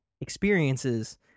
experiences